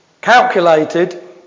calculated